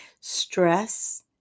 stress